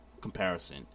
comparison